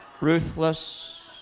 Ruthless